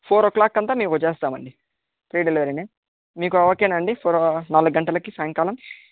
four o'clock అంతా మేము వచ్చేస్తాం అండి ఫ్రీ డెలివరీనే మీకు ఓకే నా అండి నాలుగు గంటలకి సాయంకాలం